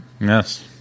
Yes